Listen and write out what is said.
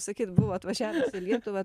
sakyt buvo atvažiavęs į lietuvą